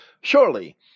surely